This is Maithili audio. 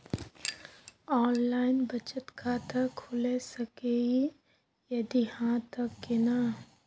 ऑनलाइन बचत खाता खुलै सकै इ, यदि हाँ त केना?